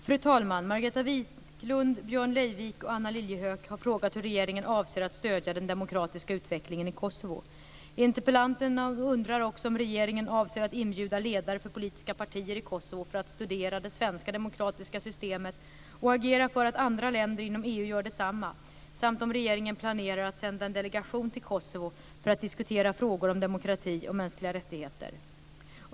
Fru talman! Margareta Viklund, Björn Leivik och Anna Lilliehöök har frågat hur regeringen avser att stödja den demokratiska utvecklingen i Kosovo. Interpellanterna undrar också om regeringen avser att inbjuda ledare för politiska partier i Kosovo för att studera det svenska demokratiska systemet och agera för att andra länder inom EU gör detsamma samt om regeringen planerar att sända en delegation till Kosovo för att diskutera frågor om demokrati och mänskliga rättigheter.